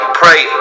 pray